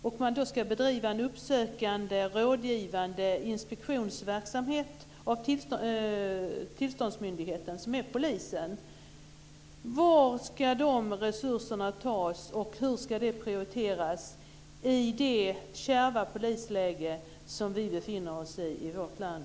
Om då en uppsökande rådgivande inspektionsverksamhet ska bedrivas av tillståndsmyndigheten, som är Polisen, var ska de resurserna tas ifrån och hur ska det prioriteras i det kärva polisläge som vi just nu befinner oss i i vårt land?